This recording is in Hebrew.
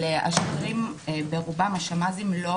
אבל השוטרים השמ"זים ברובם,